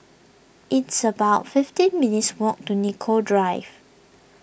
it's about fifteen minutes' walk to Nicoll Drive